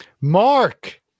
Mark